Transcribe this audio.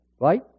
Right